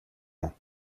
ans